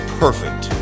perfect